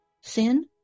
sin